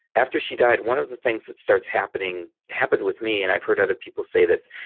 after she died one of the things that starts happening, happened with me and i've heard other people say this,